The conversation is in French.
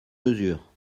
mesure